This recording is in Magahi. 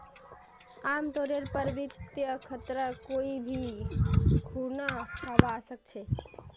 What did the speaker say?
आमतौरेर पर वित्तीय खतरा कोई भी खुना हवा सकछे